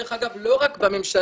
דרך אגב לא רק בממשלה,